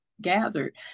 gathered